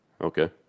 Okay